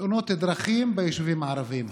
תאונות דרכים ביישובים הערביים,